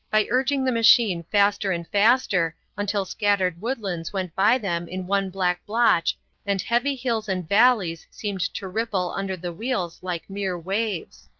by urging the machine faster and faster until scattered woodlands went by them in one black blotch and heavy hills and valleys seemed to ripple under the wheels like mere waves.